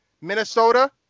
Minnesota